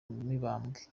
mibambwe